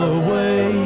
away